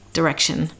direction